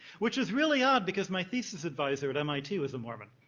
which is really odd because my thesis adviser at mit was a mormon.